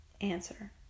answer